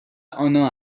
آنا